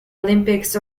olympics